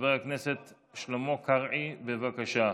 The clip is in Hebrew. חבר הכנסת שלמה קרעי, בבקשה,